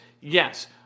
Yes